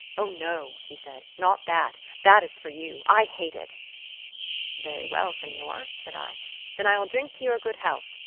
oh, no he said, not that that is for you. i hate it very well, senor said i then i will drink to your good health,